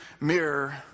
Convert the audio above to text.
mirror